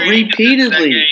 Repeatedly